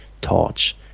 Torch